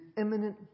imminent